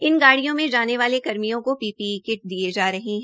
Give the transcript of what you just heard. इन गाडियों में जाने वाले कर्मियों केा पीपीई किट दिये जा रहे है